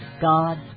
God